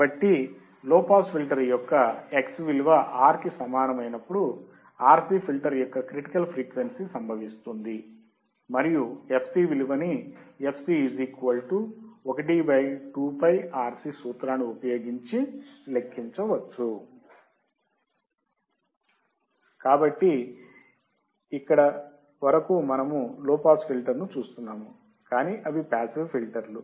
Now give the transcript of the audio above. కాబట్టి low pass filter యొక్క X విలువ R కు సమానమైనప్పుడు RC ఫిల్టర్ యొక్క క్రిటికల్ ఫ్రీక్వెన్సీ సంభవిస్తుంది మరియు fc విలువ ని fc 1 2 Π RC సూత్రాన్ని ఉపయోగించి లెక్కించవచ్చు కాబట్టి ఇక్కడ వరకు మనము లో పాస్ ఫిల్టర్ ను చూస్తున్నాము కానీ అవి పాసివ్ ఫిల్టర్లు